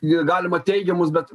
jie galima teigiamus bet